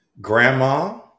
Grandma